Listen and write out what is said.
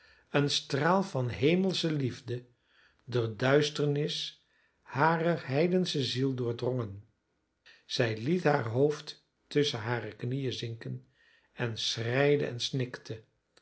een straal van hemelsche liefde de duisternis harer heidensche ziel doordrongen zij liet haar hoofd tusschen hare knieën zinken en schreide en snikte